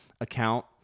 account